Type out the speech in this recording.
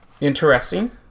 Interesting